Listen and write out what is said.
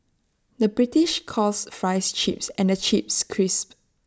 the British calls Fries Chips and Chips Crisps